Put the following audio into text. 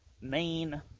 main